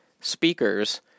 speakers